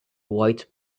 white